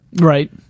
Right